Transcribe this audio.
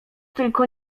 tylko